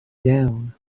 down